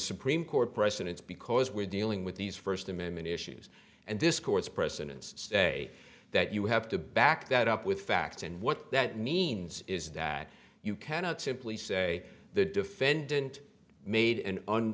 supreme court precedents because we're dealing with these first amendment issues and this court's precedents say that you have to back that up with facts and what that means is that you cannot simply say the defendant made an